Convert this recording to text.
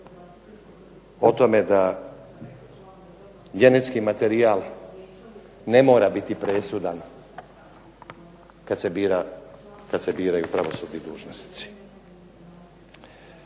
o tome da genetski materijal ne mora biti presudan kada se biraju pravosudni dužnosnici.